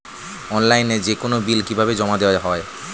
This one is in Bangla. অনলাইনে যেকোনো বিল কিভাবে জমা দেওয়া হয়?